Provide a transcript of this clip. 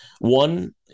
one